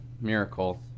miracle